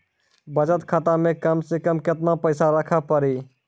बचत खाता मे कम से कम केतना पैसा रखे पड़ी?